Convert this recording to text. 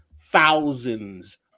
thousands